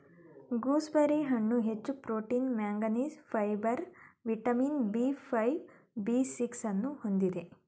gooseberry ಹಣ್ಣು ಹೆಚ್ಚು protein manganese, fibre vitamin B five, B six ಹೊಂದಿದೆ